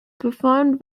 performed